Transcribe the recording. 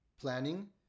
planning